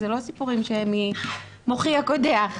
זה לא סיפורים ממוחי הקודח,